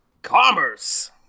Commerce